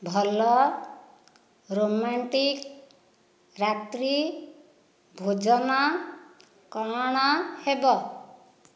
ଭଲ ରୋମାଣ୍ଟିକ୍ ରାତ୍ରୀ ଭୋଜନ କ'ଣ ହେବ